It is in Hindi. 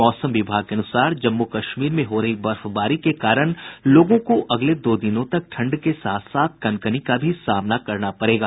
मौसम विभाग के अनुसार जम्मू कश्मीर में हो रही बर्फबारी के कारण लोगों को अगले दो दिनों तक ठंड के साथ साथ कनकनी का भी सामना करना पड़ेगा